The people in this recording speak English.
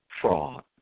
fraud